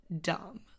dumb